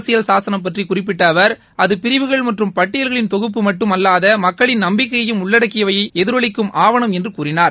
அரசியல் சாசனம் பற்றி குறிப்பிட்ட அவர் அது பிரிவுகள் மற்றம் பட்டியல்களின் தொகுப்பு மட்டும் அல்வாத மக்களின் நப்பிக்கையையும் உள்ளக்கிடக்கைகளையும் எதிரொலிக்கும் ஆவணம் என்று கூறினார்